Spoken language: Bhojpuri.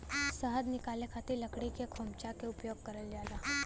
शहद निकाले खातिर लकड़ी के खोमचा के उपयोग करल जाला